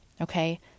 okay